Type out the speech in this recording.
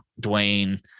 Dwayne